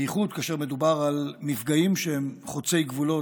בייחוד כאשר מדובר על מפגעים שהם חוצי גבולות,